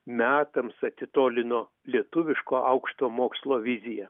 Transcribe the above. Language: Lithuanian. metams atitolino lietuviško aukšto mokslo viziją